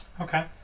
Okay